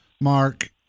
Mark